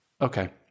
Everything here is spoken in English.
Okay